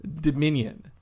Dominion